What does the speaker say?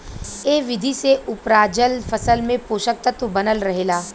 एह विधि से उपराजल फसल में पोषक तत्व बनल रहेला